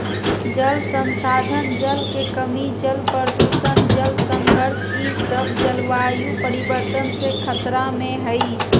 जल संसाधन, जल के कमी, जल प्रदूषण, जल संघर्ष ई सब जलवायु परिवर्तन से खतरा में हइ